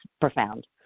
profound